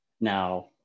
Now